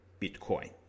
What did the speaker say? Bitcoin